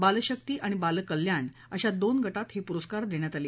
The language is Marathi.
बालशक्ती आणि बाल कल्याण अशा दोन गटात हे पुरस्कार देण्यात आले